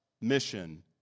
mission